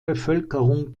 bevölkerung